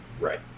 Right